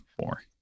more